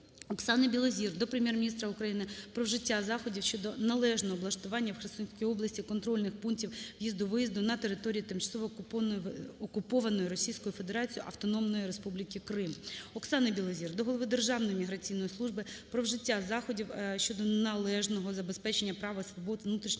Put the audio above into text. Оксани Білозір до Прем'єр-міністра України про вжиття заходів щодо належного облаштування в Херсонській області контрольних пунктів в'їзду/виїзду на територію тимчасово окупованої Російською Федерацією Автономної Республіки Крим. Оксани Білозір до голови Державної міграційної служби про вжиття заходів щодо належного забезпечення прав і свобод внутрішньо